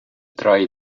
dry